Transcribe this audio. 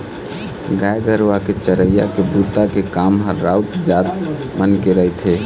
गाय गरुवा के चरई के बूता के काम ह राउत जात मन के रहिथे